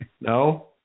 No